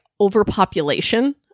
overpopulation